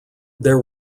there